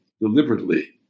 deliberately